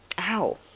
Ow